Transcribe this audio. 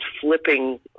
flipping